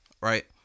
right